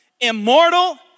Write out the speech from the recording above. immortal